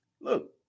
look